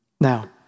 Now